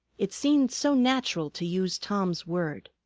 it seemed so natural to use tom's word.